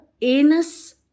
anus